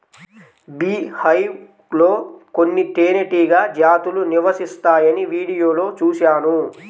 beehive లో కొన్ని తేనెటీగ జాతులు నివసిస్తాయని వీడియోలో చూశాను